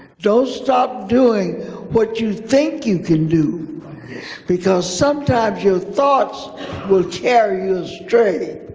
don't stop doing what you think you can do because sometimes your thoughts will carry you astray.